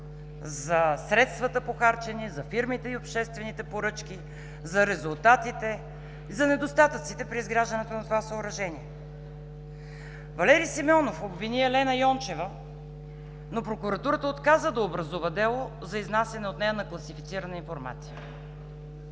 за средствата – похарчени, за фирмите и обществените поръчки, за резултатите, за недостатъците при изграждането на това съоръжение. Валери Симеонов обвини Елена Йончева, но прокуратурата отказа да образува дело за изнасяне от нея на класифицирана информация.